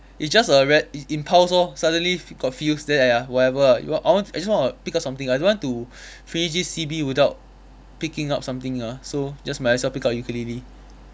it just a ran~ im~ impulse lor suddenly got feels then !aiya! whatever ah you want I want I just want to pick up something I don't want to finish this C_B without picking up something lah so just might as well pick up ukulele